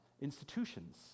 institutions